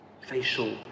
facial